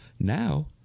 Now